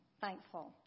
thankful